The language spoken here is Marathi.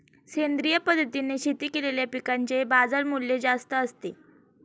सेंद्रिय पद्धतीने शेती केलेल्या पिकांचे बाजारमूल्य जास्त असते